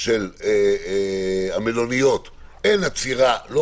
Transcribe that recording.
של המלוניות אין עצירה של הווריאנטים שבאים מחו"ל,